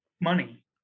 money